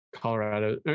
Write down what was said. Colorado